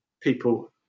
people